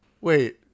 wait